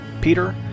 Peter